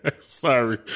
Sorry